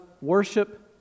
worship